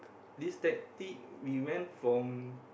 this tactic we went from